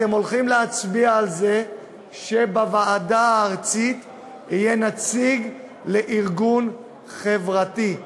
אתם הולכים להצביע על זה שבוועדה הארצית יהיה נציג לארגון חברתי,